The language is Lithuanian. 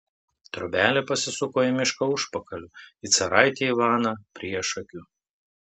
trobelė pasisuko į mišką užpakaliu į caraitį ivaną priešakiu